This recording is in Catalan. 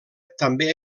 també